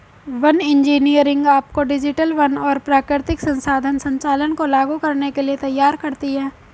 one engineering आपको जटिल वन और प्राकृतिक संसाधन संचालन को लागू करने के लिए तैयार करती है